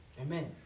Amen